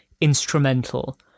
instrumental